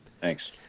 Thanks